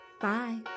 Bye